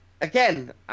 again